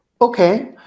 Okay